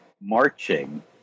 marching